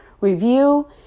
review